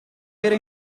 vera